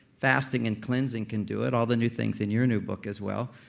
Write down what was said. fasting and cleansing can do it. all the new things in your new book, as well,